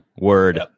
word